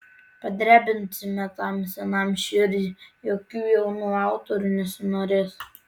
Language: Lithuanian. padrebinsime tam senam širdį jokių jaunų autorių nesinorės